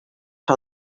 her